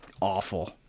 awful